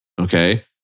Okay